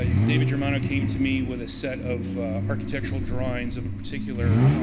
ah david germano came to me with a set of architectural drawings of a particular